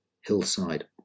Hillside